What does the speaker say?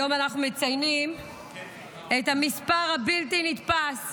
היום אנחנו מציינים את המספר הבלתי-נתפס